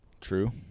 True